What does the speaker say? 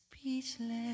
speechless